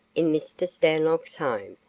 in mr. stanlock's home,